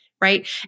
right